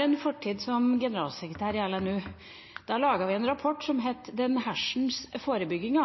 en fortid som generalsekretær for Landsrådet for Norges barne- og ungdomsorganisasjoner, LNU. Da laget vi en rapport som het Den hersens forebygginga,